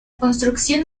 construcción